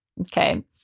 Okay